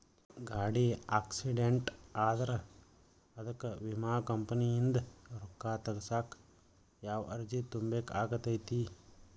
ಗಾಡಿ ಆಕ್ಸಿಡೆಂಟ್ ಆದ್ರ ಅದಕ ವಿಮಾ ಕಂಪನಿಯಿಂದ್ ರೊಕ್ಕಾ ತಗಸಾಕ್ ಯಾವ ಅರ್ಜಿ ತುಂಬೇಕ ಆಗತೈತಿ?